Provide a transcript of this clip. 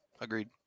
Agreed